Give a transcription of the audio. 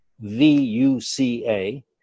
V-U-C-A